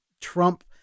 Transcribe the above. Trump